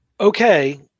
okay